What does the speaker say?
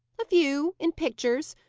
a few in pictures.